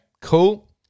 cool